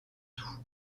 tout